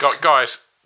Guys